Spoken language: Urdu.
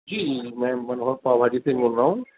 جی میں منوہر پاؤ بھاجی سے ہی بول رہا ہوں